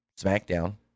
SmackDown